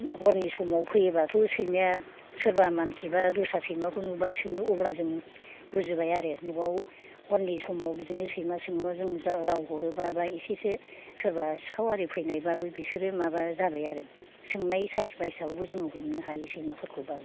हरनि समाव फैयोब्लाथ' सैमाया सोरबा मानसि बा दस्रा सैमाखौ नुबा सोङो अब्ला जोङो बुजिबाय आरो न'आव हरनि समाव बिदिनो सैमा सोङोबा जों राव हरोबा बा एसेसो सोरबा सिखाव आरि फैनायबाबो बिसोरो माबा जाबाय आरो सोंनाय साइस बाइसावबो जोङो हमनो हायो सैमाफोरखौबाबो